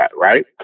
right